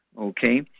Okay